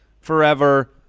forever